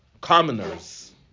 commoners